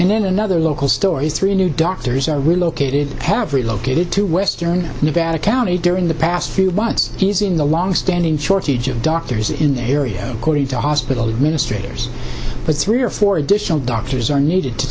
and then another local stories three new doctors are relocated have relocated to western nevada county during the past few months he's in the longstanding shortage of doctors in the area according to hospital administrators but three or four additional doctors are needed to